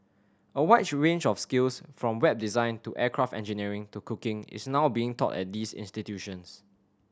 a wide range of skills from Web design to aircraft engineering to cooking is now being taught at these institutions